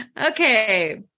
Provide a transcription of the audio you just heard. Okay